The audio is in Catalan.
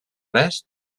res